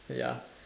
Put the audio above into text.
ya